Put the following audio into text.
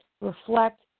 reflect